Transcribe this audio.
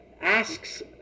asks